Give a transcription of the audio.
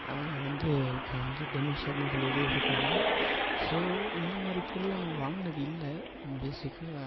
அதை வந்து இப்போ வந்து டெனிம் சர்ட்டுன்னு சொல்லிகிட்டே இருப்பாங்க ஸோ இந்த மாதிரி பொருளை நான் வாங்கினது இல்லை பேஸிக்காக